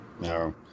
No